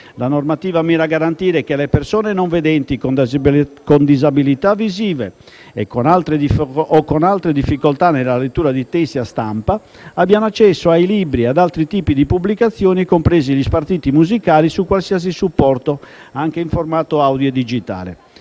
La normativa mira a garantire che le persone non vedenti, con disabilità visive o altre difficoltà nella lettura di testi a stampa abbiano accesso ai libri e ad altri tipi di pubblicazioni, compresi gli spartiti musicali, su qualsiasi supporto, anche in formato audio e digitale.